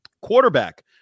Quarterback